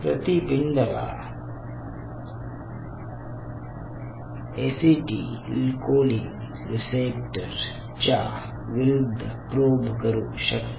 प्रतिपिंडला acetylcholine receptor च्या विरुद्ध probe करू शकता